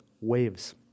Waves